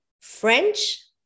french